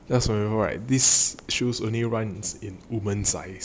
just remember right this shoe only one women size